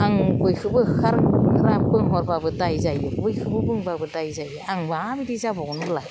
आं बयखौबो होखार होनबाबो दाय जायो बैखौबो बुंबाबो दाय जायो आं माबायदि जाबावगोन होनबालाय